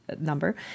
number